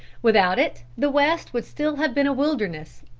without it, the west would still have been a wilderness.